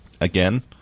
Again